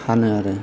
फानो आरो